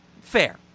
Fair